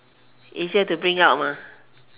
easier to bring out